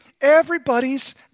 everybody's